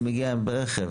אני מגיע ברכב,